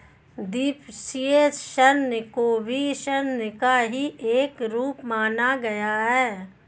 द्विपक्षीय ऋण को भी ऋण का ही एक रूप माना गया है